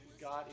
God